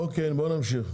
אוקיי, בואו נמשיך.